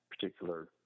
particular